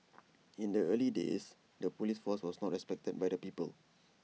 in the early days the Police force was not respected by the people